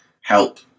help